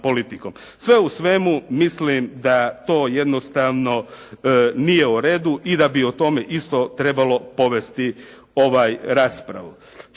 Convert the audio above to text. Sve u svemu mislim da to jednostavno nije u redu i da bi o tome isto trebalo povesti raspravu.